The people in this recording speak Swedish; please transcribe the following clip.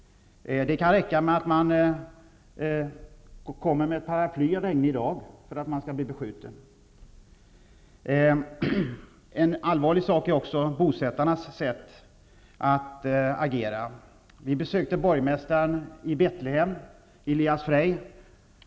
Det kan räcka med att en person kommer med ett paraply en regnig dag för att han skall bli beskjuten. En allvarlig sak är också bosättarnas sätt att agera. Vi besökte borgmästaren i Betlehem, Elias Freij.